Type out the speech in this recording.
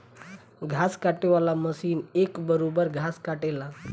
घास काटे वाला मशीन एक बरोब्बर घास काटेला